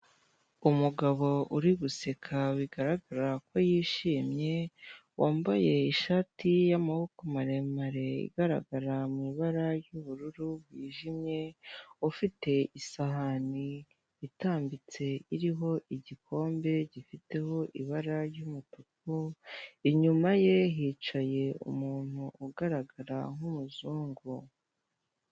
Umugabo uri guseka bigaragara ko yishimye, wambaye ishati y'amaboko maremare igaragara mu ibara ry'ubururu bwijimye; ufite isahani itambitse iriho igikombe gifiteho ibara ry'umutuku. Inyuma ye hicaye umuntu ugaragara nk'umuzungu.